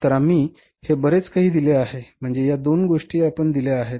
तर आम्ही हे बरेच काही दिले आहे म्हणजे या दोन गोष्टी आपण दिल्या आहेत